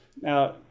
Now